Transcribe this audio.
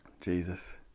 Jesus